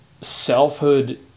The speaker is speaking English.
selfhood